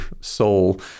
soul